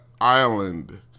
island